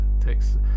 takes